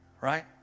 right